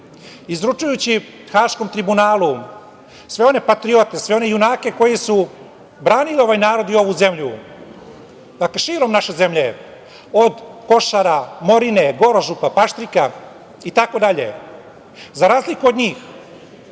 izručujući Haškom tribunalu sve one patriote, sve one junake koji su branili ovaj narod i ovu zemlju. Dakle, širom naše zemlje od Košara, Morine, Paštrika itd, za razliku od njih